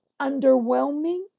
underwhelming